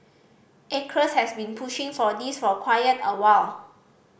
Acres has been pushing for this for quite a while